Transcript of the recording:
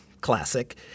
Classic